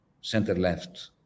center-left